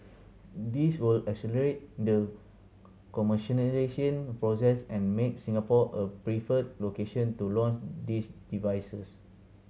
this will accelerate the commercialisation process and make Singapore a preferred location to launch these devices